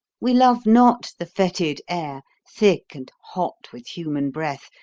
we love not the fetid air, thick and hot with human breath,